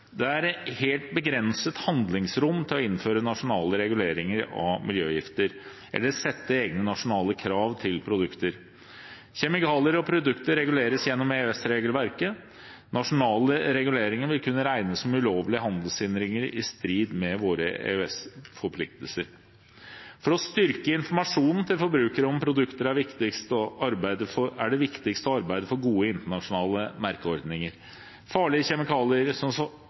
er et helt begrenset handlingsrom til å innføre nasjonale reguleringer av miljøgifter eller stille egne nasjonale krav til produkter. Kjemikalier og produkter reguleres gjennom EØS-regelverket. Nasjonale reguleringer vil kunne regnes som ulovlige handelshindringer i strid med våre EØS-forpliktelser. For å styrke informasjonen til forbrukerne om produkter er det viktigste å arbeide for gode internasjonale merkeordninger. Produkter med farlige kjemikalier, slik som